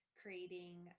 creating